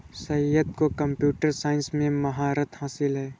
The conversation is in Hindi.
सैयद को कंप्यूटर साइंस में महारत हासिल है